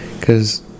Cause